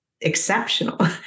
Exceptional